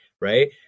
right